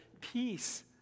Peace